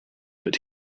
but